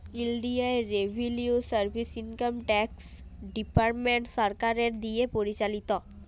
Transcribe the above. ইলডিয়াল revenue service income tax department সরকারের দিঁয়ে পরিচালিত